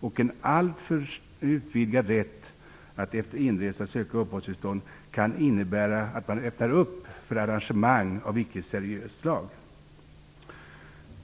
och en alltför utvidgad rätt att efter inresa söka uppehållstillstånd kan innebära att man öppnar för arrangemang av icke seriöst slag.